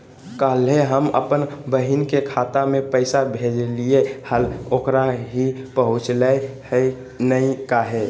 कल्हे हम अपन बहिन के खाता में पैसा भेजलिए हल, ओकरा ही पहुँचलई नई काहे?